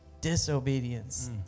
disobedience